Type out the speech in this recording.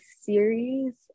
series